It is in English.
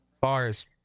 bars